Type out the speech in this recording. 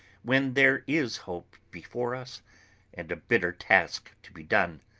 when there is hope before us and a bitter task to be done,